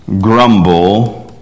grumble